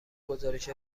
گزارش